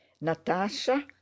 Natasha